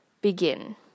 begin